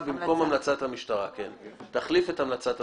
היא תחליף את המלצת המשטרה.